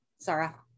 Sarah